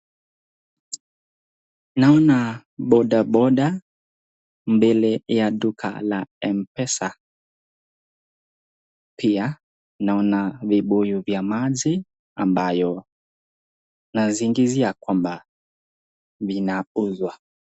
naona bodaboda mbele ya duka la mpesa pia naona vibuyu vya maji ambayo nazingizia kuwa vina uzwa.